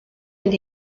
mynd